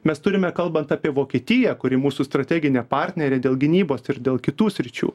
mes turime kalbant apie vokietiją kuri mūsų strateginė partnerė dėl gynybos ir dėl kitų sričių